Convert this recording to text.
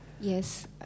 Yes